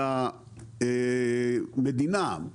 והמדינה,